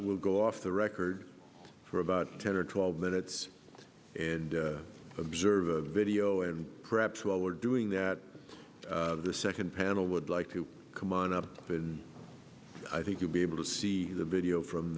we'll go off the record for about ten or twelve minutes and observe a video and perhaps what we're doing that the second panel would like to come on up and i think you'll be able to see the video from